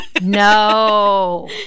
no